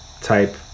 type